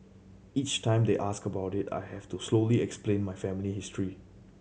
each time they ask about it I have to slowly explain my family history